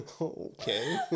Okay